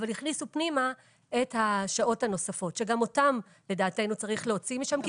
אבל הכניסו פנימה את השעות הנוספות שגם אותן לדעתנו צריך להוציא משם.